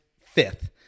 fifth